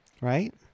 Right